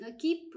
keep